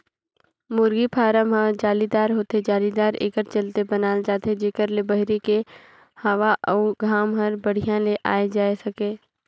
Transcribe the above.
मुरगी फारम ह जालीदार होथे, जालीदार एकर चलते बनाल जाथे जेकर ले बहरी के हवा अउ घाम हर बड़िहा ले आये जाए सके